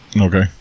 Okay